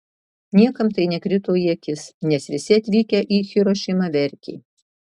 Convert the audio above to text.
niekam tai nekrito į akis nes visi atvykę į hirošimą verkė